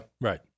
Right